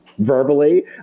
Verbally